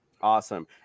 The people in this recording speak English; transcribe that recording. Awesome